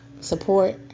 support